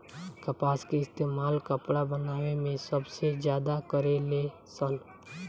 कपास के इस्तेमाल कपड़ा बनावे मे सबसे ज्यादा करे लेन सन